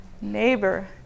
neighbor